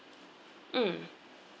mm